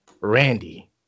Randy